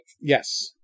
yes